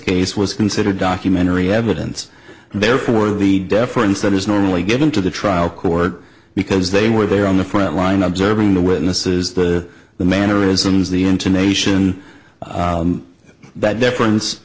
case was considered documentary evidence and therefore the deference that is normally given to the trial court because they were there on the front line observing the witnesses the the mannerisms the intonation that difference